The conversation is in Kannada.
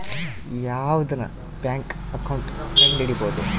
ಯಾವ್ದನ ಬ್ಯಾಂಕ್ ಅಕೌಂಟ್ ಕಂಡುಹಿಡಿಬೋದು